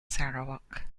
sarawak